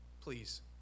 Please